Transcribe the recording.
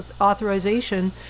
authorization